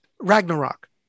Ragnarok